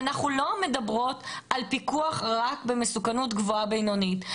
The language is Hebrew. אנחנו לא מדברות על פיקוח רק במסוכנות גבוהה בינונית,